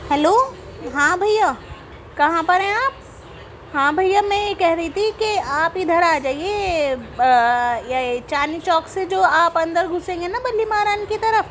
hello ہاں بھیا کہاں پر ہیں آپ ہاں بھیا میں یہ کہہ رہی تھی کہ آپ اِدھر آ جایئے چاندنی چوک سے جو آپ اندر گھسیں گے نا بلی ماران کی طرف